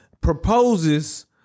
proposes